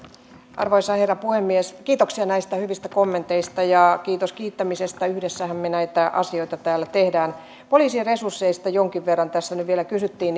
arvoisa herra puhemies kiitoksia näistä hyvistä kommenteista ja kiitos kiittämisestä yhdessähän me näitä asioita täällä teemme poliisien resursseista jonkin verran tässä nyt vielä kysyttiin